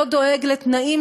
לא דואג לתנאים,